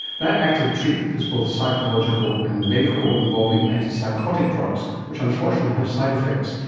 that active treatment is both psychological and medical, involving antipsychotic drugs which unfortunately have side effects.